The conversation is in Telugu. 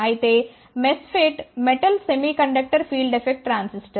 అయితే MOSFET metal semiconductor field effect transistor